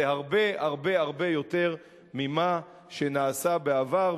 זה הרבה הרבה הרבה יותר ממה שנעשה בעבר.